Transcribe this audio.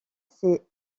ces